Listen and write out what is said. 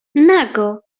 nago